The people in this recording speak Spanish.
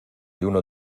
uno